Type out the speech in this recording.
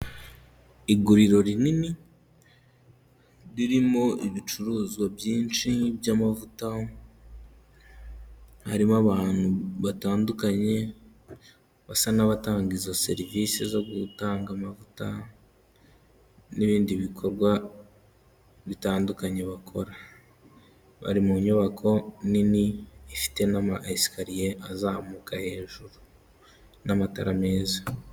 Iguriro rinini ririmo ibicuruzwa byinshi by'amavuta, harimo abantu batandukanye basa n'abatanga izo serivise zo gutanga amavuta n'ibindi bikorwa bitandukanye bakora. Bari mu nyubako nini ifite n'ama esikariye azamuka hejuru n'amatara meza.